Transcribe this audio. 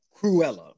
Cruella